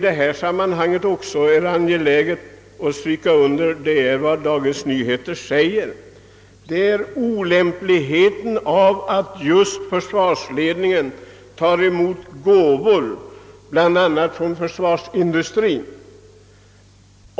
Det är angeläget att — såsom stått att läsa i Dagens Nyheter — stryka under det olämpliga i att försvarsledningen tar emot gåvor från bl.a. försvarsindustrien.